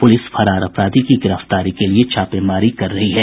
police फरार अपराधी की गिरफ्तारी के लिए छापेमारी कर रही है